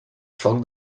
foc